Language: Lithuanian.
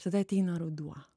tada ateina ruduo